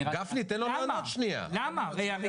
למה?